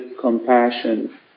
compassion